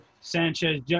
Sanchez